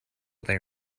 they